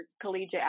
collegiate